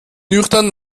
nüchtern